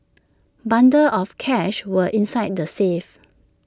bundles of cash were inside the safe